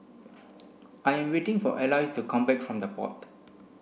I am waiting for Eloise to come back from The Pod